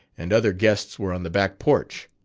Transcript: and other guests were on the back porch.